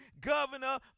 governor